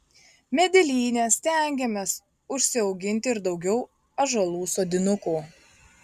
medelyne stengiamės užsiauginti ir daugiau ąžuolų sodinukų